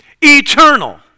Eternal